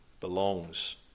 belongs